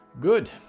Good